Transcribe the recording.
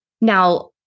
Now